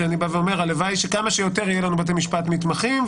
שאני בא ואומר: הלוואי שכמה שיותר יהיו לנו בתי משפט מתמחים,